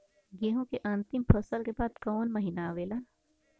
गेहूँ के अंतिम फसल के बाद कवन महीना आवेला?